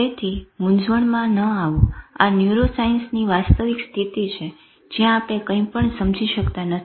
તેથી મૂંઝવણમાં ન આવો આ ન્યુરોસાયન્સીસની વાસ્તવિક સ્થિતિ છે જ્યાં આપણે કંઈપણ સમજી શકતા નથી